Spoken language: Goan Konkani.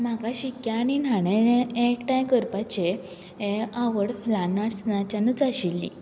म्हाका शिक्के आनी न्हाणें एकठांय करपाचें हें आवड ल्हान आसतनाच्यानूच आशिल्ली